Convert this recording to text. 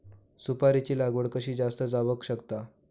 सुपारीची लागवड कशी जास्त जावक शकता?